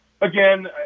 again